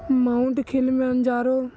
Mount Kilimanjaro